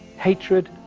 hatred,